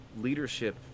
leadership